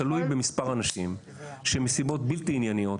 הוא תלוי במספר אנשים, שמסיבות בלתי ענייניות